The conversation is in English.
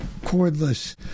cordless